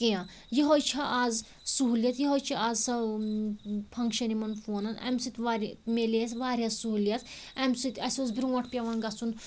کیٚنٛہہ یِہوٚے چھِ آز سُہوٗلِیت یِہوٚے چھِ آز سۄ فنٛگشَن یِمن فونَن اَمہِ سۭتۍ واریاہ مِلے اَسہِ وارِیاہ سُہوٗلِیت اَمہِ سۭتۍ اَسہِ اوس برٛونٛٹھ پٮ۪وان گَژھُن